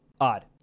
Odd